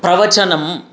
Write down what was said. प्रवचनं